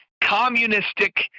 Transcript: communistic